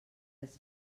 res